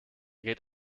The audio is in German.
geht